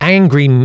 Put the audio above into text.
Angry